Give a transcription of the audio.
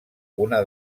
una